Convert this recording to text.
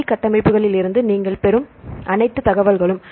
3D கட்டமைப்புகளிலிருந்து நீங்கள் பெறும் அனைத்து தகவல்களும்